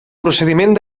procediment